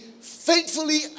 faithfully